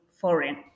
foreign